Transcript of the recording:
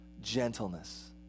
gentleness